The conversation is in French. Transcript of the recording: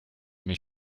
mes